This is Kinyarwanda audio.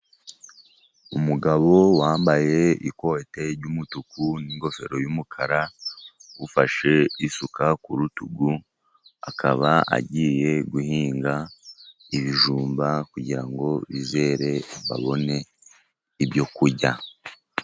Umugabo wambaye ikote ry'umutuku n'ingofero y'umukara, ufashe isuka ku rutugu, akaba agiye guhinga ibijumba kugira ngo bizere babone ibyo kurya.